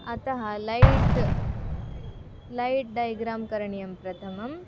अतः लैट् लैट् डैग्रा म् करणीयं प्रथमम्